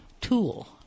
tool